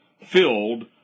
filled